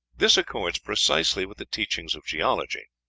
this accords precisely with the teachings of geology.